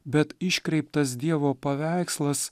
bet iškreiptas dievo paveikslas